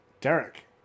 Derek